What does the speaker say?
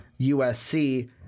USC